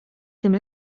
tym